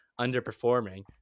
underperforming